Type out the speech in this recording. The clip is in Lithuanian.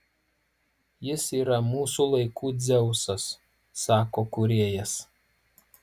jis yra mūsų laikų dzeusas sako kūrėjas